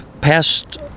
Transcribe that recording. past